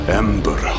ember